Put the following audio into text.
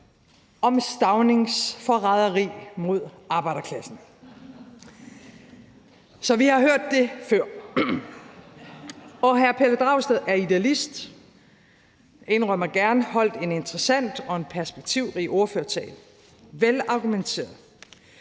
om Staunings forræderi mod arbejderklassen. Så vi har hørt det før. Hr. Pelle Dragsted er idealist, og jeg indrømmer gerne, at han holdt en interessant og perspektivrig ordførertale, velargumenteret,